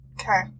Okay